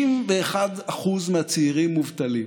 31% מהצעירים מובטלים,